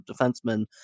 defenseman